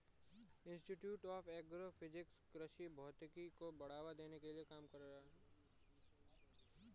institute of agro physics कृषि भौतिकी को बढ़ावा देने के लिए काम कर रहा है